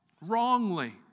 wrongly